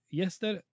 gäster